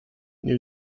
new